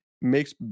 makes